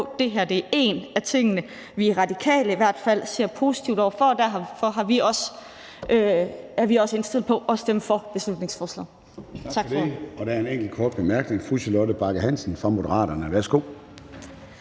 det her er en af tingene, vi i hvert fald i Radikale ser positivt på, og derfor er vi også indstillet på at stemme for beslutningsforslaget.